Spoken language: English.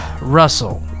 russell